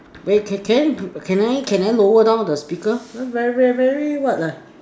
can can can I can I lower down the speaker very very what lah